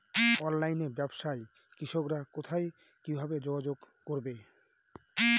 অনলাইনে ব্যবসায় কৃষকরা কোথায় কিভাবে যোগাযোগ করবে?